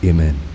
Amen